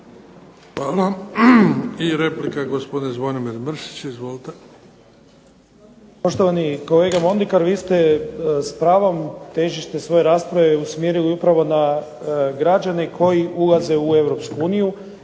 Hvala. I replika gospodin Zvonimir Mršić. Izvolite. **Mršić, Zvonimir (SDP)** Poštovani kolega Mondekar vi ste s pravom težište svoje rasprave usmjerili upravo na građane koji ulaze u Europsku uniju